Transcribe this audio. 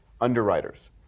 underwriters